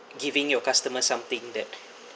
giving you a customer something that